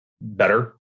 better